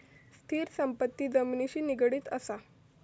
स्थिर संपत्ती जमिनिशी निगडीत असा